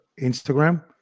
instagram